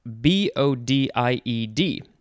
B-O-D-I-E-D